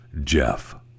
Jeff